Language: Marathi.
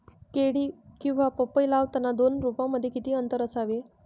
केळी किंवा पपई लावताना दोन रोपांमध्ये किती अंतर असावे?